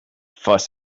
fuss